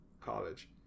college